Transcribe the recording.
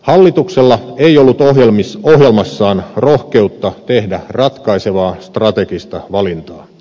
hallituksella ei ollut ohjelmassaan rohkeutta tehdä ratkaisevaa strategista valintaa